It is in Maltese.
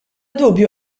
dubju